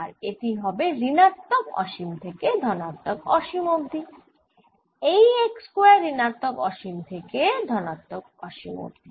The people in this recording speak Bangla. আর এটি হবে ঋণাত্মক অসীম থেকে ধনাত্মক অসীম অবধি এই x স্কয়ার ঋণাত্মক অসীম থেকে ধনাত্মক অসীম অবধি